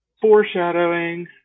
foreshadowing